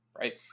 Right